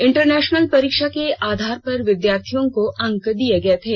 internal परीक्षा के आधार पर विद्यार्थियों को अंक दिए गए थे